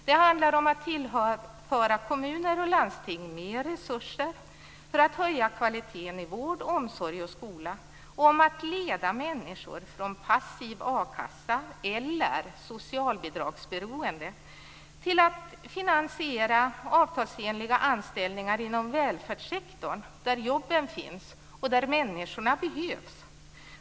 Det handlar om att tillföra kommuner och landsting mera resurser för att höja kvaliteten i vård, omsorg och skola samt om att leda människor från passiv a-kassa eller från socialbidragsberoende till finansierade avtalsenliga anställningar inom välfärdssektorn, där jobben finns och där människorna behövs.